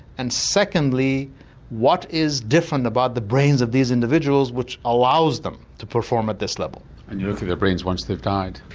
and secondly what is different about the brains of these individuals which allows them to perform at this level. and you look at their brains once they've died?